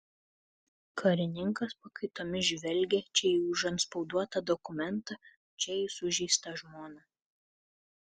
karininkas pakaitomis žvelgė čia į užantspauduotą dokumentą čia į sužeistą žmoną